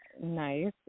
nice